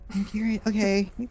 Okay